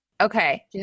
Okay